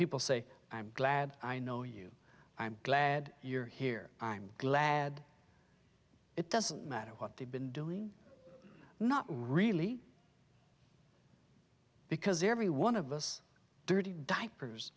people say i'm glad i know you i'm glad you're here i'm glad it doesn't matter what they've been doing not really because every one of us dirty